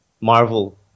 Marvel